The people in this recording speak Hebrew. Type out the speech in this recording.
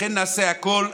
לכן נעשה הכול.